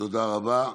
תודה רבה.